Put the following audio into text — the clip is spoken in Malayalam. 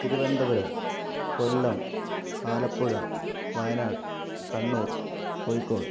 തിരുവനന്തപുരം കൊല്ലം ആലപ്പുഴ വയനാട് കണ്ണൂർ കോഴിക്കോട്